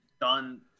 done